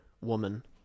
woman